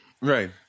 Right